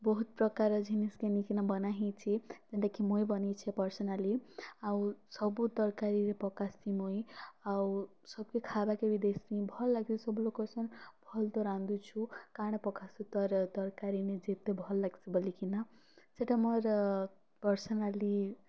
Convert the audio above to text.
ବହୁତ୍ପ୍ରକାର୍ର ଜିନିଷ୍କେ ନେଇଁକିନା ବନା ହେଇଛେ ଯେନ୍ଟାକି ମୁଇଁ ବନେଇଛେ ପର୍ସନାଲି ଆଉ ସବୁ ତର୍କାରୀରେ ପକାସି ମୁଇଁ ଆଉ ସବ୍କେ ଖେବାର୍କେ ବି ଦେସିଂ ଭଲ୍ ଲାଗ୍ ସବୁ ଲୋକ୍ କହେସନ୍ ଭଲ୍ତ ରାନ୍ଧୁଛୁ କାଣା ପକାସୁ ତର ତର୍କାରୀନେ ଯେ ଏତେ ଭଲ୍ ଲାଗ୍ସି ବୋଲିକିନା ସେଇଟା ମୋର୍ ପର୍ସନାଲି